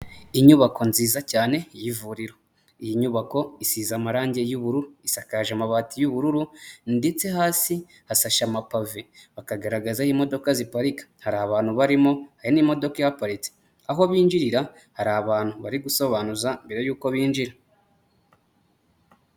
Inyubako nziza cyane y'ivuriro. Iyi nyubako isize amarangi y'ubururu. Isasakaje amabati y'ubururu ndetse hasi hasashe amapave. Bakagaragaza aho imodoka ziparika. Hari abantu barimo, hari n'imodoka ihaparitse. Aho binjirira hari abantu bari gusobanuza mbere yuko binjira.